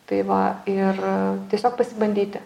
tai va ir tiesiog pasibandyti